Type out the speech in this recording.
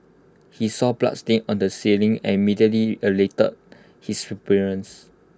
he saw bloodstains on the ceiling and immediately alerted his superiors